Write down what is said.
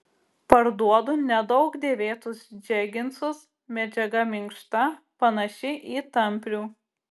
parduodu nedaug dėvėtus džeginsus medžiaga minkšta panaši į tamprių